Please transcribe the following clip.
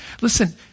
Listen